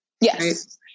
yes